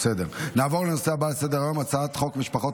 נעבור לנושא הבא על סדר-היום: הצעת חוק משפחות